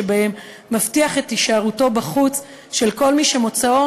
שבהם מבטיח את הישארותו בחוץ של כל מי שמוצאו